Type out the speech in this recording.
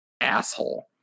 asshole